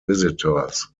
visitors